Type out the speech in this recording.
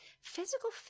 Physical